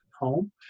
home